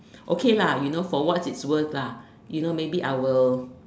okay lah you know for what it's worse lah you know maybe I will